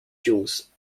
jungs